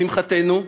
לשמחתנו,